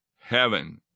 heaven